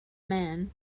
man